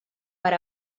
per